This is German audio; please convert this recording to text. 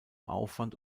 aufwand